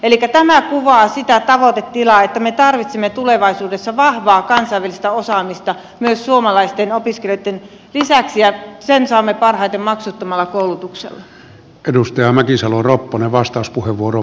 elikkä tämä kuvaa sitä tavoitetilaa että me tarvitsemme tulevaisuudessa vahvaa kansainvälistä osaamista myös suomalaisten opiskelijoitten lisäksi ja sen saamme parhaiten maksuttomalla koulutuksella